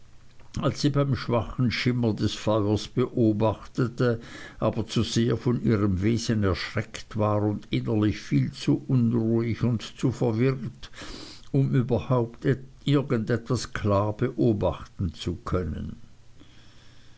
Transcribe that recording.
als sie sie beim schwachen schimmer des feuers beobachtete aber zu sehr von ihrem wesen erschreckt war und innerlich viel zu unruhig und zu verwirrt um überhaupt irgend etwas klar beobachten zu können